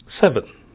Seven